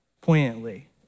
poignantly